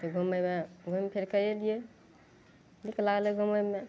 तऽ घूमए लए घूमि फिरिके अयलियै नीक लागलय घूमयमे